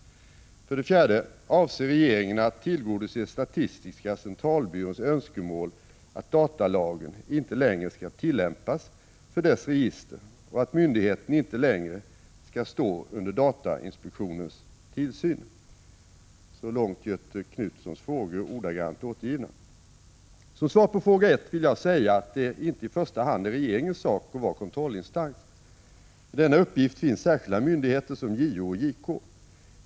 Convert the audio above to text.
4. Avser regeringen att tillgodose statistiska centralbyråns önskemål att datalagen inte längre skall tillämpas för dess dataregister och att myndigheten inte längre skall stå under datainspektionens tillsyn?” — Så långt Göthe Knutsons frågor, ordagrant återgivna. Som svar på fråga 1 vill jag säga att det inte i första hand är regeringens sak att vara kontrollinstans. För denna uppgift finns särskilda myndigheter som JO och JK.